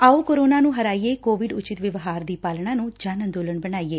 ਆਓ ਕੋਰੋਨਾ ਨੂੰ ਹਰਾਈਏਂ ਕੋਵਿਡ ਉਚਿੱਤ ਵਿਵਹਾਰ ਦੀ ਪਾਲਣਾ ਨੂੰ ਜਨ ਅੰਦੋਲਨ ਬਣਾਈਏ